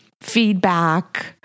feedback